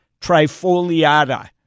trifoliata